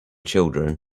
children